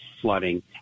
flooding